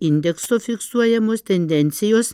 indekso fiksuojamos tendencijos